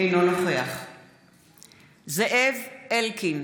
אינו נוכח זאב אלקין,